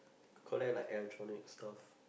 collect like electronic stuff